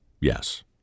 Yes